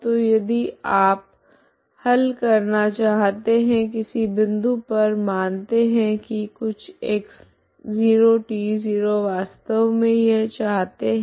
तो यदि आप हल करना चाहते है किसी बिन्दु पर मानते है की कुछ x0 t0 वास्तव मे यह चाहते है